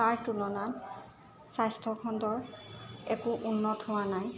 তাৰ তুলনাত স্বাস্থ্যখণ্ডৰ একো উন্নত হোৱা নাই